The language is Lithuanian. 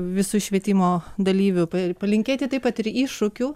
visų švietimo dalyvių ir palinkėti taip pat ir iššūkių